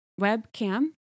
webcam